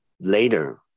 later